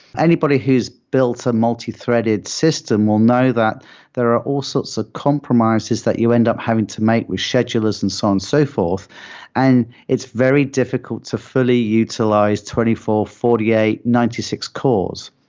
anybody who's built a multithreaded system will know that there are all sorts of comprises that you end up having to make with schedulers and so on and so forth and it's very difficult to fully utilize twenty four, forty eight, ninety six cores.